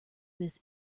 this